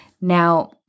Now